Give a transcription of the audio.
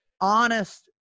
honest